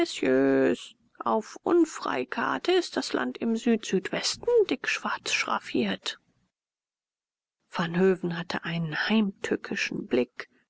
auf unfrei karte ist das land im südsüdwesten dickschwarz schraffiert vanhöven hatte einen heimtückischen blick